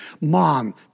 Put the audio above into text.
mom